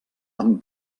amb